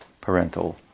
parental